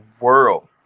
world